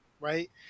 right